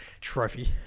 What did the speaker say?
Trophy